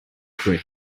gray